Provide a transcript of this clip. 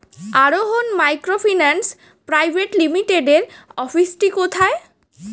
আরোহন microfinance private লিমিটেডের অফিসটি কোথায়?